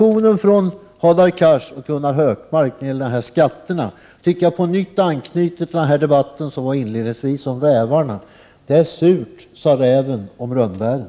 När det gäller Hadar Cars och Gunnar Hökmarks uttalanden i diskussio nen om skatterna vill jag åter anknyta till vad som inledningsvis sades om rävarna: De är sura, sa räven om rönnbären.